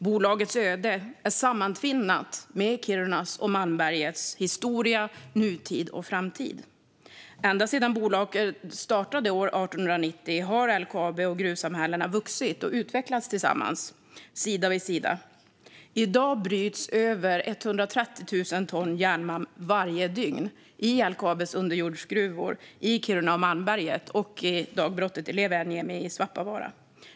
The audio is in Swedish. Bolagets öde är sammantvinnat med Kirunas och Malmbergets historia, nutid och framtid. Ända sedan bolaget startade år 1890 har LKAB och gruvsamhällena vuxit och utvecklats tillsammans, sida vid sida. I dag bryts över 130 000 ton järnmalm varje dygn i LKAB:s underjordsgruvor i Kiruna och Malmberget och i dagbrottet i Leveäniemi i Svappavaara.